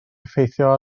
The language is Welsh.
effeithio